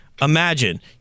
Imagine